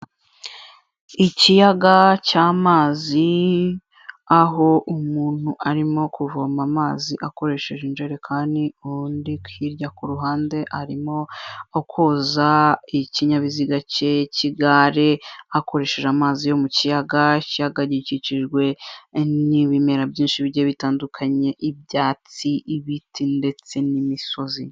Ikiyaga cy'amazi aho umuntu arimo kuvoma amazi akoresheje injerekani, uwundi hirya ku ruhande arimo koza ikinyabiziga cye cy'igare, akoresheje amazi yo mu kiyaga; ikiyaga gikikijwe n'ibimera byinshi bigiye bitandukanye; ibyatsi, ibiti, ndetse n'imisozi.